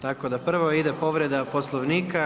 Tako da prvo ide povreda Poslovnika.